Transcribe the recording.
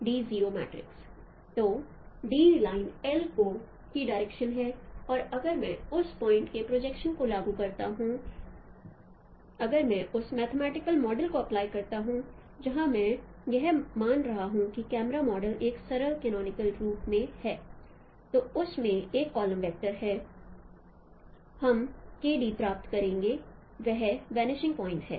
तो d line L की direction है और अगर मैं उस पॉइंट के प्रोजेक्शन को लागू करता हूं अगर मैं उस मैथेमैटिकल मॉडल को अप्लाई करता हूं जहां मैं यह मान रहा हूं कि कैमरा मॉडल एक सरल कोनोनिकल रूप में है तो उस में एक कॉलम वेक्टर है हम करेंगे प्राप्त करें वह वनिशिंग पॉइंट है